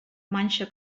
manxa